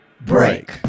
break